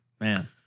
Man